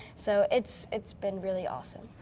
so it's it's been really awesome.